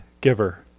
giver